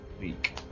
week